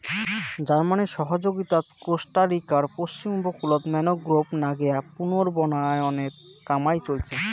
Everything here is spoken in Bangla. জার্মানির সহযগীতাত কোস্টারিকার পশ্চিম উপকূলত ম্যানগ্রোভ নাগেয়া পুনর্বনায়নের কামাই চইলছে